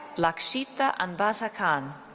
lakshita anbazhakan.